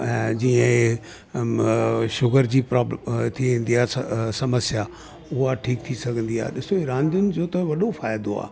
ऐं जीअं शुगर जी प्रॉब्लम थी वेंदी आहे समस्या उहा ठीक थी सघंदी खे ॾिसो हे रांधियुनि जो त वॾो फ़ाइदो आहे